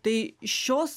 tai šios